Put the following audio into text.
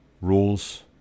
rules